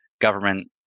government